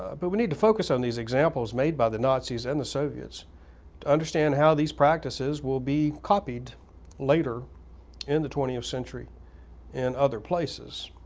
ah but we need to focus on these examples made by the nazis and the soviets to understand how these practices will be copied later in the twentieth century in other places.